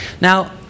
Now